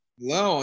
Hello